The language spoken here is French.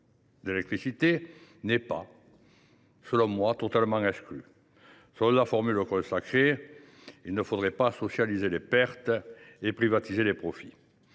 d’électricité n’est pas totalement exclue à mon sens. Selon la formule consacrée, il ne faudrait pas socialiser les pertes et privatiser les profits.